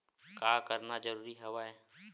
का करना जरूरी हवय?